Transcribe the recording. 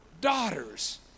daughters